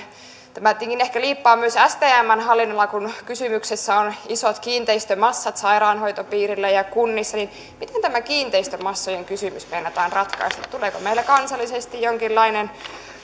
tämä tietenkin ehkä liippaa myös stmn hallinnonalaa kun kysymyksessä on isot kiinteistömassat sairaanhoitopiirillä ja kunnissa niin niin miten tämä kiinteistömassojen kysymys meinataan ratkaista tuleeko meillä kansallisesti jonkinlainen